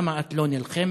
למה את לא נלחמת?